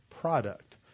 product